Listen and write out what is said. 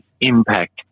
impact